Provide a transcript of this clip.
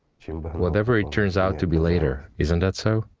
whatever it turns out to be later. isn't that so?